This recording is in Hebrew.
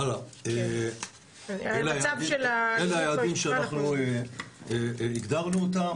אלה היעדים שאנחנו הגדרנו אותם.